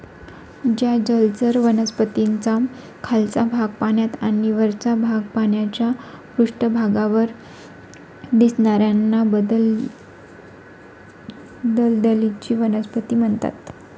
ज्या जलचर वनस्पतींचा खालचा भाग पाण्यात आणि वरचा भाग पाण्याच्या पृष्ठभागावर दिसणार्याना दलदलीची वनस्पती म्हणतात